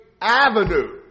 avenue